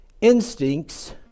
instincts